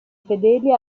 fedeli